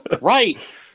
Right